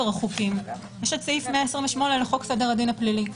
החוקים יש סעיף 128 לחוק סדר הדין הפלילי.